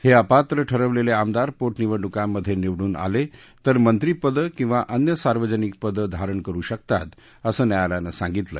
हे अपात्र ठरवलेले आमदार पोटनिवडणुकांमधे निवडून आले तर मंत्रिपद किंवा अन्य सार्वजनिक पद धारण करु शकतात असं न्यायालयानं सांगितलं